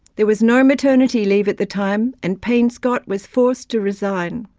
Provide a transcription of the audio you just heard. there was no maternity leave at the time and payne-scott was forced to resign.